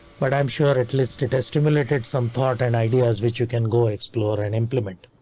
but i'm sure it listed as stimulated some thought and ideas which you can go explore and implement.